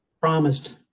promised